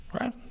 right